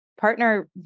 partner